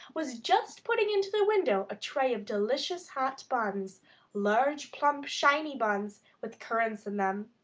was just putting into the window a tray of delicious hot buns large, plump, shiny buns, with currants in them.